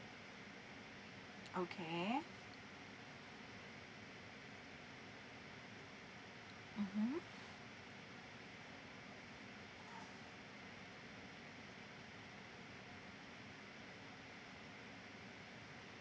okay mm